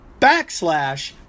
backslash